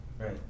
Right